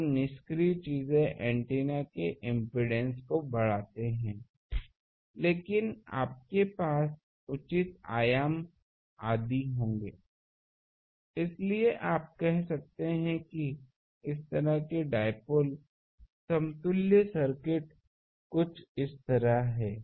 तो निष्क्रिय चीज़ें एंटीना के इम्पीडेन्स को बढ़ाते हैं लेकिन आपके पास उचित आयाम आदि होंगे इसलिए आप यह कह सकते हैं कि इस तह डाइपोल के समतुल्य सर्किट कुछ इस तरह है